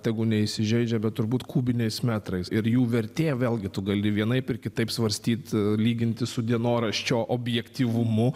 tegu neįsižeidžia bet turbūt kubiniais metrais ir jų vertė vėlgi tu gali vienaip ir kitaip svarstyt lyginti su dienoraščio objektyvumu